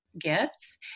gifts